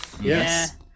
yes